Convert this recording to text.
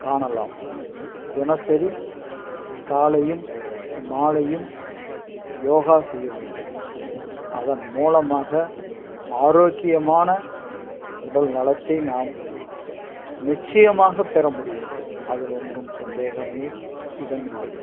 காணலாம் தினசரி காலையும் மாலையும் யோகா செய்ய வேண்டும் அதன் மூலமாக ஆரோக்கியமான உடல் நலத்தை நாம் நிச்சயமாக பெறமுடியும் அதில் ஒன்றும் சந்தேகமே இடமில்லை